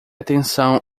atenção